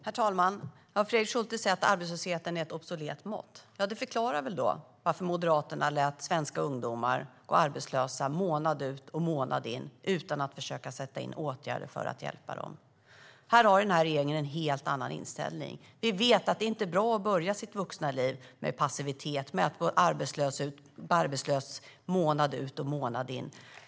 Herr talman! Fredrik Schulte säger att arbetslösheten är ett obsolet mått. Det förklarar väl varför Moderaterna lät svenska ungdomar gå arbetslösa månad ut och månad in utan att försöka sätta in åtgärder för att hjälpa dem. Den här regeringen har en helt annan inställning. Vi vet att det inte är bra att börja sitt vuxna liv i passivitet och med att gå arbetslös månad ut och månad in.